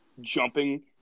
jumping